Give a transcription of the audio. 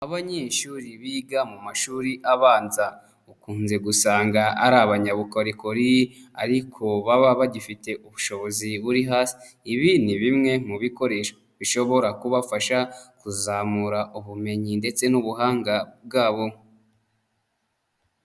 Abanyeshuri biga mu mashuri abanza, ukunze gusanga ari abanyabukorikori ariko baba bagifite ubushobozi buri hasi. Ibi ni bimwe mu bikoresho, bishobora kubafasha kuzamura ubumenyi ndetse n'ubuhanga bwabo.